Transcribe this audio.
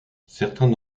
certains